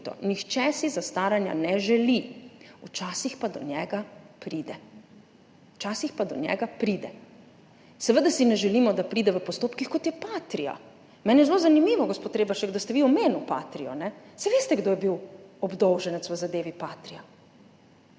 Nihče si zastaranja ne želi, včasih pa do njega pride. Včasih pa do njega pride. Seveda si ne želimo, da pride v postopkih, kot je Patria. Meni je zelo zanimivo, gospod Reberšek, da ste vi omenili Patrio. Saj veste, kdo je bil obdolženec v zadevi Patria